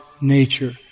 nature